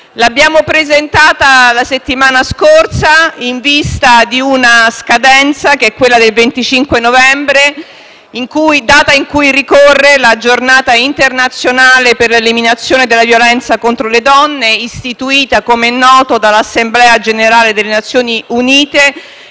nostra mozione la settimana scorsa, in vista di una scadenza, quella del 25 novembre, data in cui ricorre la Giornata internazionale per l'eliminazione della violenza contro le donne istituita, com'è noto, dall'Assemblea generale delle Nazioni Unite